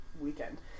weekend